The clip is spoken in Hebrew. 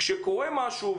כשקורה משהו,